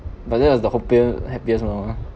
but that was the hoppier happiest moment